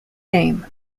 game